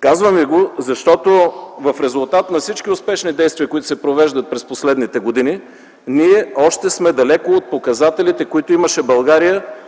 Казвам ви го, защото в резултат на всички успешни действия, които се провеждат през последните години, ние още сме далече от показателите, които имаше България